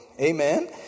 Amen